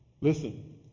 Listen